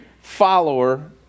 follower